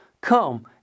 Come